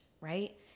right